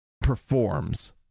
performs